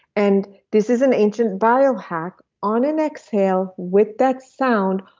and this is an ancient biohack on an exhale with that sound.